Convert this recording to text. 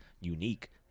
unique